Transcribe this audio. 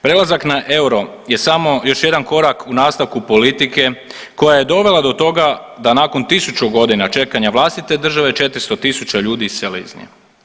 Prelazak na euro je samo još jedan korak u nastavku politike koja je dovela do toga da nakon tisuću godina čekanja vlastite države 400.000 ljudi iselilo iz nje.